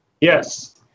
Yes